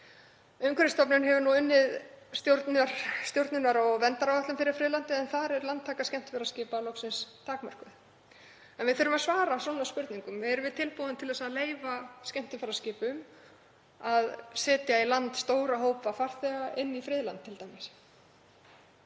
Umhverfisstofnun hefur unnið stjórnunar- og verndaráætlun fyrir friðlandið en þar er landtaka skemmtiferðaskipa loksins takmörkuð. En við þurfum að svara svona spurningum: Erum við tilbúin til að leyfa skemmtiferðaskipum að setja t.d. í land stóra hópa farþega í friðlandi? Herra